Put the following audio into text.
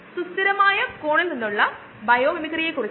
സാധാരണയായി ഉപയോഗിക്കുന്ന ചില തരം ബയോ റിയാക്ടറുകൾ